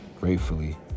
Gratefully